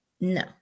No